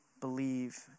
believe